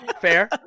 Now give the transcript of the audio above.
Fair